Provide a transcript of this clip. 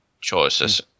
choices